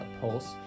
Pulse